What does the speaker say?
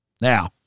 Now